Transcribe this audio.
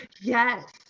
Yes